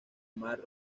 mar